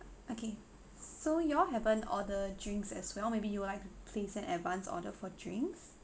okay so you all haven't order drinks as well maybe you would like to place an advance order for drinks